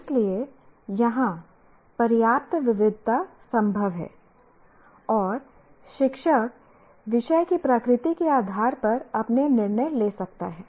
इसलिए यहां पर्याप्त विविधता संभव है और शिक्षक विषय की प्रकृति के आधार पर अपने निर्णय ले सकता है